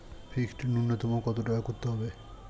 Fixed নুন্যতম কত টাকা করতে হবে?